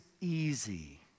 easy